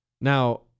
Now